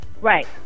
Right